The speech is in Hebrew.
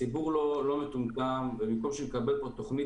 הציבור לא מטומטם ובמקום שנקבל פה תוכנית